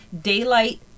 daylight